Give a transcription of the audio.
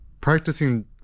practicing